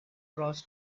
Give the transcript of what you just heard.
cross